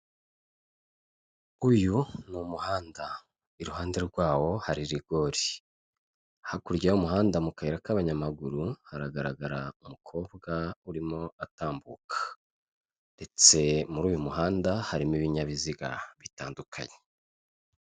Uyu ni umuhanda, iruhande rwawo hari rigori, hakurya y'umuhanda mu kayira k'abanyamaguru haragaragara umukobwa urimo atambuka ndetse muri uyu muhanda harimo ibinyabiziga bitandukanye.